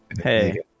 hey